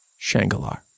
Shangalar